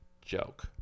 joke